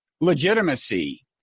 legitimacy